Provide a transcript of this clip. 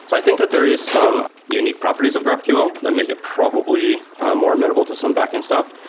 i think that there is some unique properties of graphql that make it probably more amenable to some backend stuff,